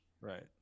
right